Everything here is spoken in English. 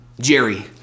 Jerry